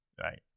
right